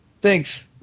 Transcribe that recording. Thanks